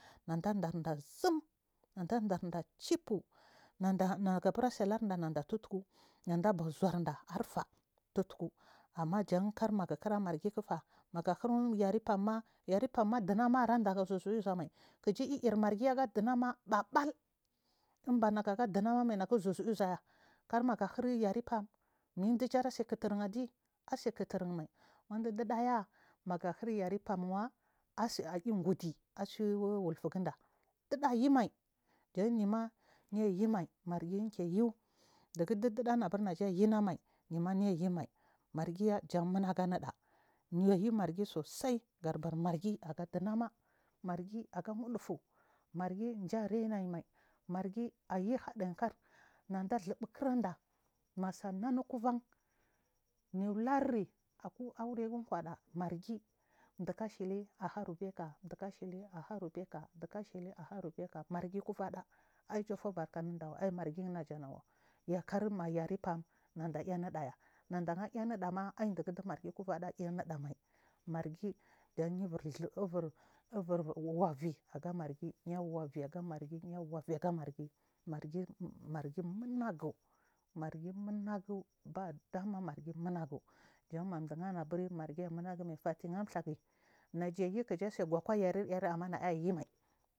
Magaɗan vazim kigatsum magaɗakika chifu neɗa magabure urɗa naɗafuffur naɗaɗu zhurɗa arfa fuffuh amma jakar magakiri margikife magachir yarefammaa yare famma ɗinams are ɗagu zhumai kifi iirma rgi age ɗmama ɓaɓɓal inbanaga geɗimamamai nega zhuzguazuga karmagahiri yare fam mijijatse kituryi nadi atse kituryin wadu ɗiɗaya maga hiryare famwa asu ayi gudi asllelufugunɗa ɗiɗa’ayi mai janyima yaymai marginya jan muagu mida yayimai margina mida yayimergi susai gaɗaber margi aga wuɗufu margi ja rainan mai margi ayi hadinkur yuluri aku aure kwaɗa margi duku shili aharuca ɗukushuli aha rubeca margi kuveɗa yufubarka ninɗa ai marginnny. Anawa yankar magare fam nava iniɗaya manaɗa aiy niɗama aidi guɗi margi kuvaɗa iniɗamai murga gi jan yubur ubur walii aga mmargi yawaɗi ga margi yawa ɗi aga margi margi numignu man nugi amumagumai fatiy a ɗlagiy naja yu kya tsakuku yar ar annabaya yime.